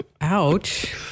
ouch